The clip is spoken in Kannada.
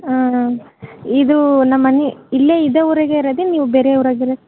ಹಾಂ ಹಾಂ ಇದು ನಮ್ಮ ಮನೆ ಇಲ್ಲೇ ಇದೆ ಊರಾಗೆ ಇರೋದು ರೀ ನೀವು ಬೇರೆ ಊರಾಗೆ ಇರ